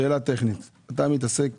שאלה טכנית: אתה מתעסק